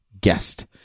guest